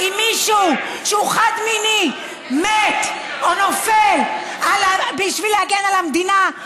אם מישהו שהוא חד-מיני מת או נופל בשביל להגן על המדינה,